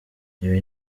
ibi